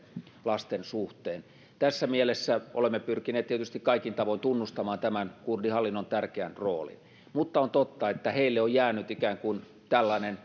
lasten suhteen tässä mielessä olemme pyrkineet tietysti kaikin tavoin tunnustamaan tämän kurdihallinnon tärkeän roolin mutta on totta että heille on jäänyt ikään kuin tällainen